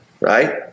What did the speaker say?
right